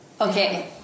Okay